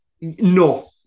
No